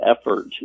effort